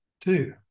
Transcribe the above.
two